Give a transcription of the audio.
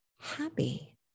happy